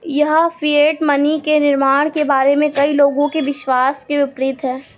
यह fiat money के निर्माण के बारे में कई लोगों के विश्वास के विपरीत है